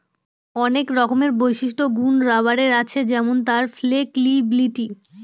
অনেক রকমের বিশিষ্ট গুন রাবারের আছে যেমন তার ফ্লেক্সিবিলিটি